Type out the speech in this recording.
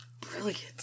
brilliant